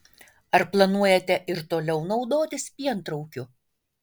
ar planuojate ir toliau naudotis pientraukiu